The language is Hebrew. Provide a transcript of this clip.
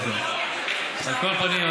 על כל פנים,